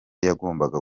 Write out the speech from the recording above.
yagombaga